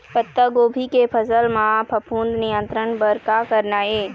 पत्तागोभी के फसल म फफूंद नियंत्रण बर का करना ये?